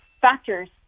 factors